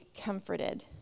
comforted